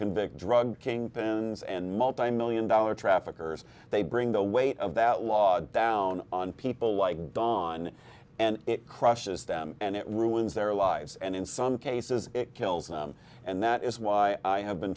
convict drug kingpins and multimillion dollar traffickers they bring the weight of that law down on people like dawn and it crushes them and it ruins their lives and in some cases it kills them and that is why i have been